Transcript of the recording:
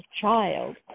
child